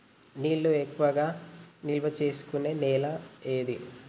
నీళ్లు ఎక్కువగా నిల్వ చేసుకునే నేల ఏది?